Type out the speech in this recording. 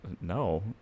No